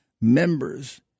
members